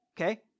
Okay